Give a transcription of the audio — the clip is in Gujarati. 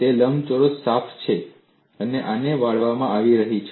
તે લંબચોરસ શાફ્ટ છે અને આને વળવામાં આવી રહી છે